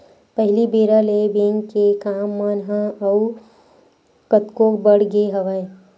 पहिली बेरा ले बेंक के काम मन ह अउ कतको बड़ गे हवय